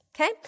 Okay